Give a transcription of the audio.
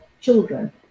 children